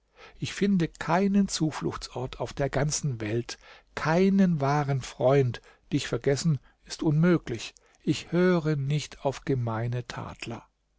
ich finde keinen zufluchtsort und auf der ganzen welt keinen wahren freund dich vergessen ist unmöglich ich höre nicht auf gemeine